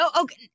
Okay